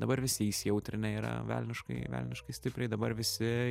dabar visi įsijautrinę yra velniškai velniškai stipriai dabar visi